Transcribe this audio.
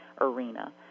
arena